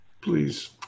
Please